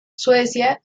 suecia